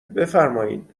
بفرمایین